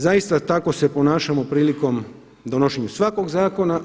Zaista tako se ponašamo prilikom donošenja svakog zakona.